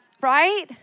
Right